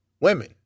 women